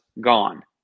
gone